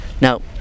Now